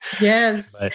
Yes